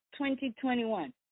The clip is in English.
2021